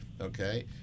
Okay